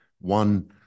One